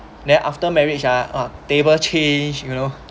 then after marriage ah ah table change you know